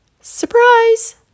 surprise